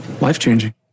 life-changing